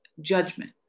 judgment